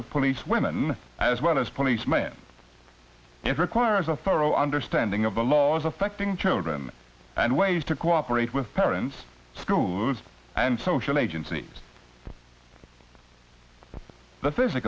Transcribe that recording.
of police women as well as policemen it requires a thorough understanding of the laws affecting children and ways to cooperate with parents schools and social agenc